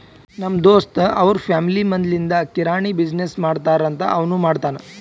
ನಮ್ ದೋಸ್ತ್ ಅವ್ರ ಫ್ಯಾಮಿಲಿ ಮದ್ಲಿಂದ್ ಕಿರಾಣಿ ಬಿಸಿನ್ನೆಸ್ ಮಾಡ್ತಾರ್ ಅಂತ್ ಅವನೂ ಮಾಡ್ತಾನ್